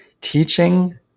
Teaching